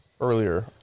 earlier